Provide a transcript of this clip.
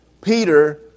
Peter